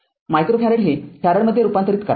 micro farad हे फॅरडमध्ये रुपांतरित करा